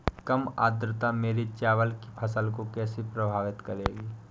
कम आर्द्रता मेरी चावल की फसल को कैसे प्रभावित करेगी?